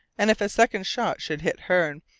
and if a second shot should hit hearne,